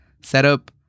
setup